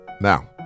Now